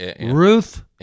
Ruth